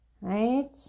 right